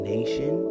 Nation